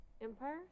Empire